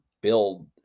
build